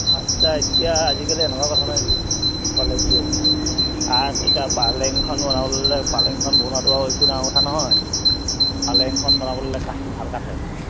আচ্ছা এতিয়া আজিকালি এনেকুৱা কথা ক'লে কি হ'ব কাঠ এতিয়া পালেংখন বনাবলৈ ল'লে পালেংখন বনোৱাটো একো ডাঙৰ কথা নহয় পালেংখন বনাবলৈ ল'লে কাঠটো ভাল কাঠ লাগে